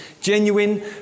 genuine